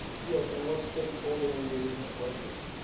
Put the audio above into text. yes, and what stakeholder engagement was there?